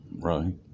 Right